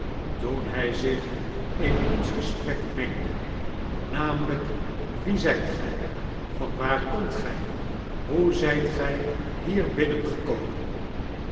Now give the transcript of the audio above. toen hij zich in ons gesprek mengde namelijk wie zijt gij yan waar komt gij hoe zijt gij hier binnengekomen